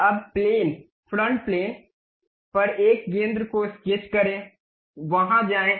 अब plane front plane पर एक केंद्र को स्केच करें वहां जाएं